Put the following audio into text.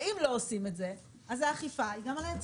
אם לא עושים את זה אז האכיפה היא גם על היצרנים.